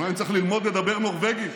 מה, אני צריך ללמוד לדבר נורבגית?